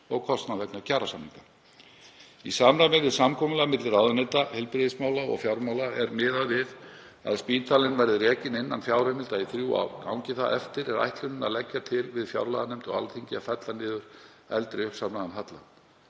og kostnaðar vegna kjarasamninga. Í samræmi við samkomulag milli ráðuneyta heilbrigðismála og fjármála er miðað við að spítalinn verði rekinn innan fjárheimilda í þrjú ár. Gangi það eftir er ætlunin að leggja til við fjárlaganefnd og Alþingi að fella niður eldri uppsafnaðan halla.